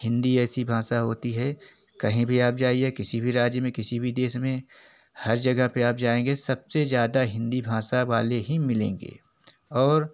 हिंदी ऐसी भाषा होती है कहीं भी आप जाइए किसी भी राज्य में किसी भी देश में हर जगह पर आप जाएँगे सबसे ज़्यादा हिंदी भाषा वाले ही मिलेंगे और